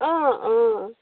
অঁ অঁ